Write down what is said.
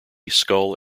skull